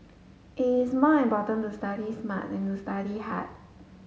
it is more important to study smart than to study hard